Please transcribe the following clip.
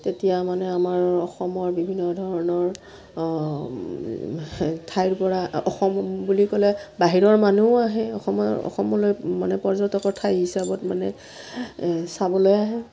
তেতিয়া মানে আমাৰ অসমৰ বিভিন্ন ধৰণৰ ঠাইৰ পৰা অসম বুলি ক'লে বাহিৰৰ মানুহো আহে অসমৰ অসমলৈ মানে পৰ্যটকৰ ঠাই হিচাপত মানে চাবলৈ আহে